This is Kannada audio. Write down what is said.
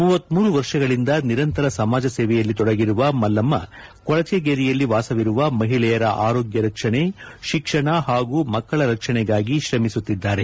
ಮೂವತ್ತಮೂರು ವರುಷಗಳಿಂದ ನಿರಂತರ ಸಮಾಜಸೇವೆಯಲ್ಲಿ ತೊಡಗಿರುವ ಮಲ್ಲಮ್ಮ ಕೊಳಚೆಗೇರಿಯಲ್ಲಿ ವಾಸವಿರುವ ಮಹಿಳೆಯರ ಆರೋಗ್ಯ ರಕ್ಷಣೆ ಶಿಕ್ಷಣ ಹಾಗೂ ಮಕ್ಕಳ ರಕ್ಷಣೆಗಾಗಿ ಶ್ರಮಿಸುತ್ತಿದ್ದಾರೆ